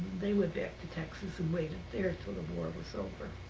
they went back to texas and waited there until the war was over.